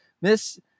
miss